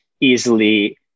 easily